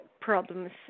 problems